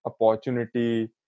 opportunity